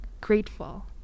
grateful